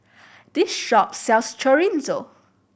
this shop sells Chorizo